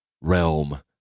Realm